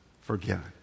forgiven